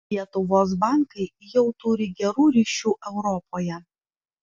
lietuvos bankai jau turi gerų ryšių europoje